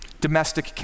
Domestic